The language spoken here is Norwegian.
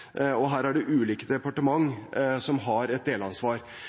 stat. Her er det ulike departementer som har et delansvar.